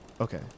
Okay